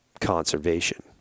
conservation